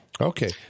Okay